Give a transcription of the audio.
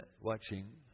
watching